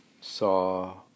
Saw